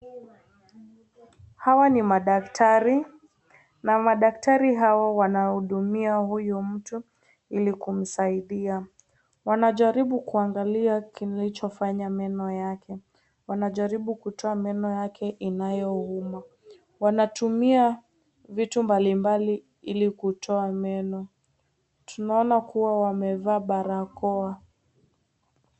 Hawa ni madaktari na madaktari hawa wanahudumia huyu mtu ili kumsaidia, wanajaribu kuangalia kilichofanya meno yake, wanajaribu kutoa meno yake inayouma. Wanatumia vitu mbalimbali ili kutoa meno, tunaona kuwa wamevaa barakoa.